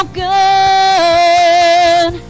good